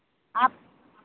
आप